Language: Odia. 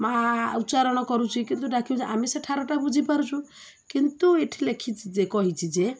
ମାଆ ଉଚ୍ଚାରଣ କରୁଛି କିନ୍ତୁ ଡାକୁଛି ଆମେ ସେ ଠାରଟା ବୁଝିପାରୁଛୁ କିନ୍ତୁ ଏଠି ଲେଖିଛି ଯେ କହିଛି ଯେ